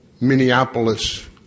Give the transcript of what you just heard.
Minneapolis